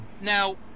Now